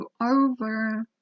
over